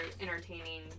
entertaining